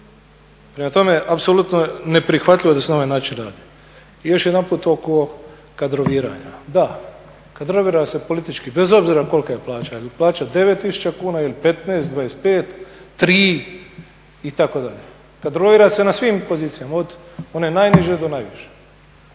Prema tome, apsolutno neprihvatljivo je da se na ovaj način radi. I još jedanput oko kadroviranja. Da, kadrovira se politički bez obzira kolika je plaća, je li plaća 9 tisuća kuna ili 15, 25, 3 itd. Kadrovira se na svim pozicijama, od one najniže do najviše.